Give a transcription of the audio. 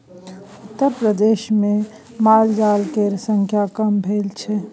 उत्तरप्रदेशमे मालजाल केर संख्या कम भेल छै